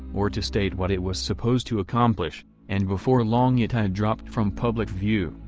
or to state what it was supposed to accomplish, and before long it had dropped from public view,